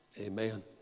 amen